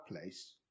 place